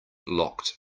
locked